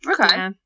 Okay